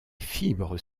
fibres